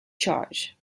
charge